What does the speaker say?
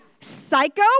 Psycho